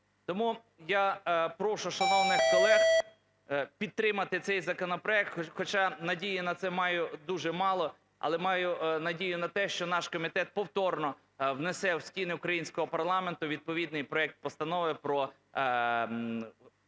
Тому я прошу шановних колег підтримати цей законопроект, хоча надію на це маю дуже мало, але маю надію на те, що наш комітет повторно внесе в стіни українського парламенту відповідний проект постанови про